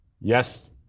Yes